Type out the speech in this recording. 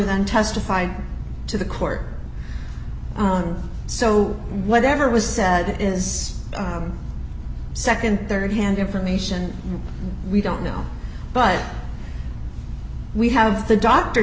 then testified to the court own so whatever was said is second rd hand information we don't know but we have the doctor